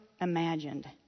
imagined